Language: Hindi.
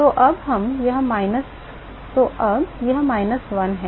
तो अब यह माइनस वन है